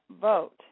vote